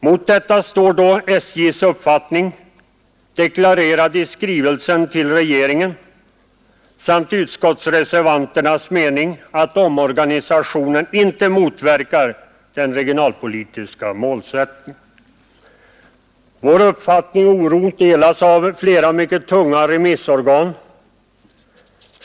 Mot detta står då SJ:s uppfattning, deklarerad i skrivelsen till regeringen, samt utskottsreservanternas mening att omorganisationen inte motverkar den regionalpolitiska målsättningen. Vår uppfattning och oro delas av flera mycket tunga remissorgan.